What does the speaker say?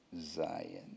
Zion